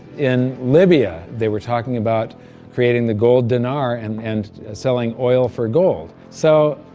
in libya, they were talking about creating the gold dinar and and selling oil for gold. so,